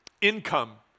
income